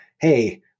hey